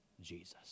Jesus